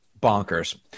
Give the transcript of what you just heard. Bonkers